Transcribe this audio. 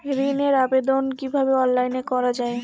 ঋনের আবেদন কিভাবে অনলাইনে করা যায়?